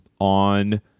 on